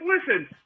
listen